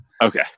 Okay